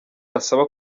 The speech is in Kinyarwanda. asaba